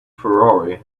ferrari